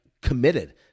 committed